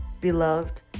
Beloved